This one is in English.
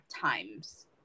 times